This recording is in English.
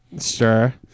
Sure